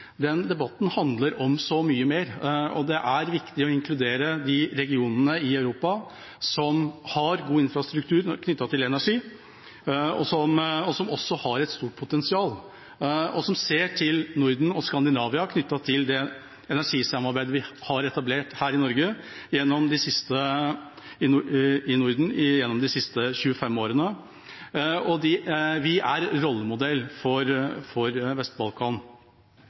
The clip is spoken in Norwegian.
Den debatten handler om så mye mer, og det er viktig å inkludere de regionene i Europa som har god infrastruktur knyttet til energi, og som også har et stort potensial, og som ser til Norden og Skandinavia, når det gjelder det energisamarbeidet vi har etablert her i Norden gjennom de siste 25 årene. Vi er en rollemodell for